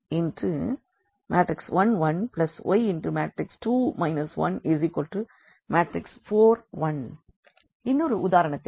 x1 1 y2 1 4 1 இன்னொரு உதாரணத்திற்கு வருவோம்